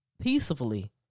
peacefully